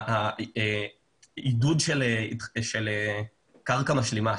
העידוד של קרקע משלימה,